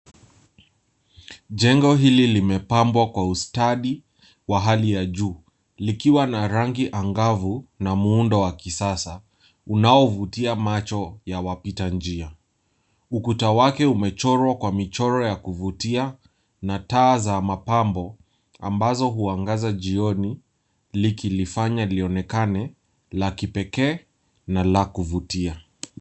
Jengo hili limepambwa kwa ustadi wa hali ya juu. Likiwa na rangi angavu na muundo wa kisasa. Unaouvutia macho ya wapitanjia. Ukuta wake umechorwa kwa michoro ya kuvutia na taa za mapambo ambazo huwangaza jioni likilifanya lionekane la kipekee na la kuvutia.